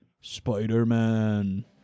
Spider-Man